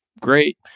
great